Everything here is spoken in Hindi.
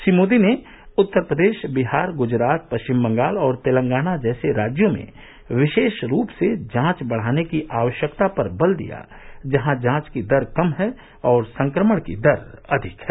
श्री मोदी ने उत्तर प्रदेश विहार गुजरात पश्चिम बंगाल और तेलंगाना जैसे राज्यों में विशेष रूप से जांच बढ़ाने की आवश्यकता पर बल दिया जहां जांच की दर कम है और संक्रमण की दर अधिक है